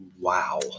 wow